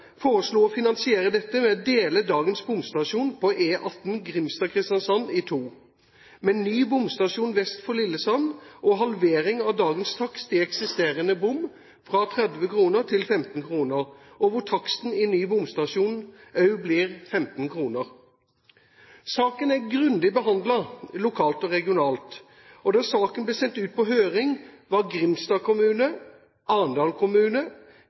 foreslo å finansiere dette ved å dele dagens bomstasjon på E18 Grimstad–Kristiansand i to med ny bomstasjon vest for Lillesand og halvering av dagens takst i eksisterende bom fra 30 kr til 15 kr, hvor taksten i ny bomstasjon også blir 15 kr. Saken er grundig behandlet lokalt og regionalt. Da saken ble sendt ut på høring, var Grimstad kommune, Arendal kommune, Tvedestrand kommune, Risør kommune og Gjerstad kommune positive til dette initiativet, mens Birkenes kommune